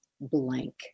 blank